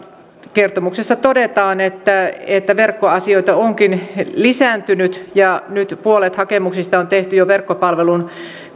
kertomuksessa todetaan että että verkkoasioita onkin lisääntynyt ja nyt jo puolet hakemuksista on tehty verkkopalvelun